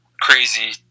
crazy